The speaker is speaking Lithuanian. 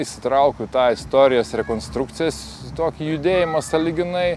įsitraukiau į tą istorijos rekonstrukcijos tokį judėjimą sąlyginai